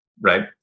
right